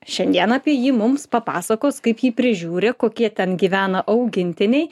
šiandien apie jį mums papasakos kaip jį prižiūri kokie ten gyvena augintiniai